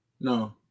No